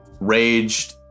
raged